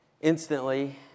Instantly